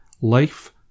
life